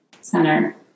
center